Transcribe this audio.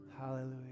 Hallelujah